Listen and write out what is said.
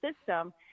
system